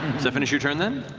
that finish your turn then?